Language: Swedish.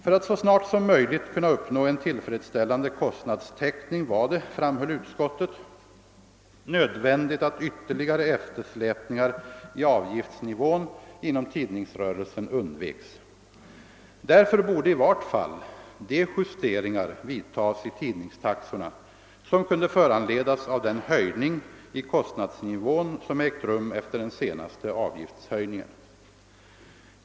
För att så snart som möjligt kunna uppnå en tillfredsställande kostnadstäckning var det, framhöll utskottet, nödvändigt att ytterligare eftersläpningar i avgiftsnivån inom tidningsrörelsen undveks. Därför borde i vart fall de justeringar vidtas i tidningstaxorna, som kunde föranledas av den höjning i kostnadsnivån, som ägt rum efter den senaste avgiftshöjningen.